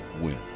win